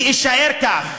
ואשאר כך,